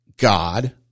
God